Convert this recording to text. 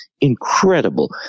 incredible